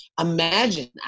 Imagine